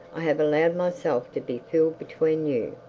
i have allowed myself to be fooled between you.